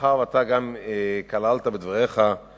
מאחר שכללת בדבריך גם